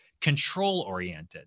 control-oriented